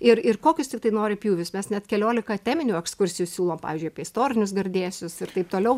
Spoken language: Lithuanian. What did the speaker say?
ir ir kokius tiktai nori pjūvius mes net net keliolika teminių ekskursijų siūlom pavyzdžiui istorinius gardėsius ir taip toliau